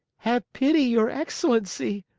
have pity, your excellency!